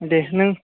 दे नों